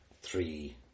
three